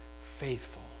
faithful